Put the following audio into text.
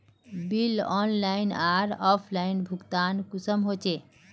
Bill online आर offline भुगतान कुंसम होचे?